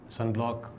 Sunblock